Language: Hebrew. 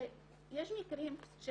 שיש מקרים,